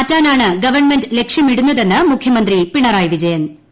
മാറ്റാനാണ് ഗവൺമെന്റ് ലക്ഷ്യമിടുന്നതെന്ന് മുഖ്യമന്ത്രി പിണറായി വിജയന്റ്